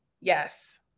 yes